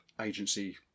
Agency